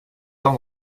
tant